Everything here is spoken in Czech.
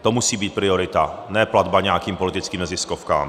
To musí být priorita, ne platba nějakým politickým neziskovkám.